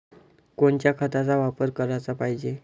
कोनच्या खताचा वापर कराच पायजे?